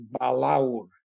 balaur